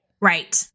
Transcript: Right